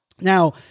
Now